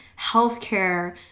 healthcare